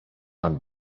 and